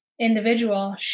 individual